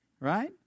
Right